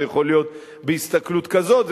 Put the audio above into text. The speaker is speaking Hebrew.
זה יכול להיות בהסתכלות כזאת,